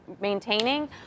maintaining